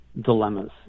dilemmas